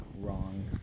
wrong